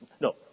no